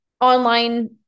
online